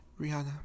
Rihanna